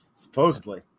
Supposedly